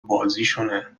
بازیشونه